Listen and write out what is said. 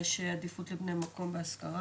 האם יש עדיפות לבני המקום בהשכרה?